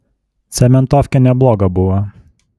cementofkė nebloga buvo